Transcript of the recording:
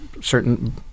certain